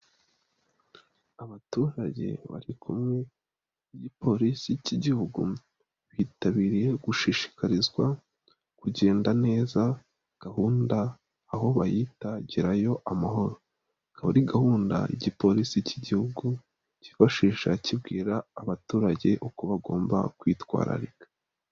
Abaturage bari kumwe n'igipolisi cy'Igihugu, bitabiriye gushishikarizwa kugenda neza, gahunda aho bayita Gerayo amahoroba. Akaba ari gahunda y'igipolisi cy'Igihugu cyifashisha kibwira abaturage uko bagomba kwitwararika.